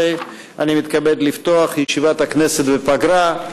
9 בינואר 2019. אני מתכבד לפתוח את ישיבת הכנסת בפגרה.